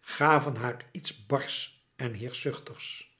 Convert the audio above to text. gaven haar iets barschs en heerschzuchtigs